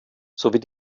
sowie